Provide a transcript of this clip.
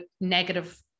negative